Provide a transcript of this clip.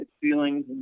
feelings